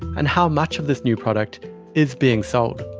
and how much of this new product is being sold?